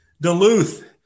Duluth